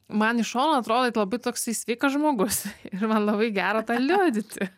man iš šono atrodai tu labai toksai sveikas žmogus ir man labai gera tą liudyti